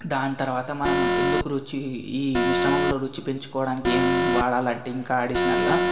దాని తర్వాత మనము ఎందుకు రుచి ఈ మిశ్రమంలో రుచి పెంచుకోవడానికి ఏం వాడాలి అంటే ఇంకా అడిషనల్గా